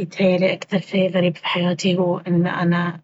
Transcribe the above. يتهيأ لي أكثر شي غريب في حياتي هو أن أنا